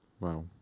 Wow